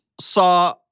saw